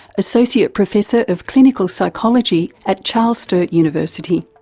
associate professor of clinical psychology at charles sturt university.